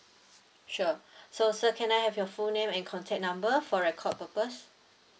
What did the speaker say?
sure so sir can I have your full name and contact number for record purpose